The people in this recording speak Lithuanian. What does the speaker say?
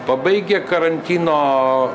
pabaigę karantino